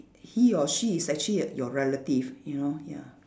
he or she is actually your relative you know ya